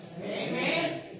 Amen